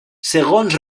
segons